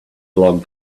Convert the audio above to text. log